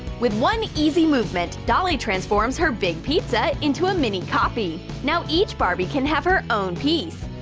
with one easy movement, dolly transforms her big pizza into a mini copy. now each barbie can have her own piece!